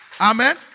Amen